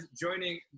joining